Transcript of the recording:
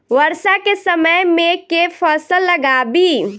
वर्षा केँ समय मे केँ फसल लगाबी?